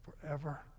forever